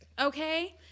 okay